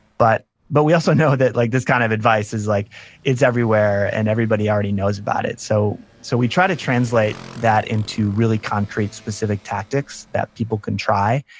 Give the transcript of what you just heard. but but we also know that like this kind of advice is like is everywhere, and everybody already knows about it, so so we try to translate that into really concrete, specific tactics that people can try,